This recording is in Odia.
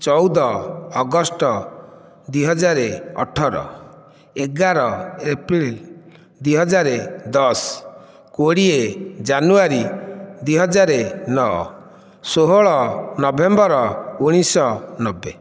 ଚଉଦ ଅଗଷ୍ଟ ଦୁଇହଜାର ଅଠର ଏଗାର ଏପ୍ରିଲ ଦୁଇହଜାର ଦଶ କୋଡ଼ିଏ ଜାନୁଆରୀ ଦୁଇହଜାର ନଅ ଷୋହଳ ନଭେମ୍ବର ଉଣେଇଶହ ନବେ